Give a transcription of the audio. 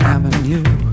Avenue